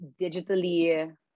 digitally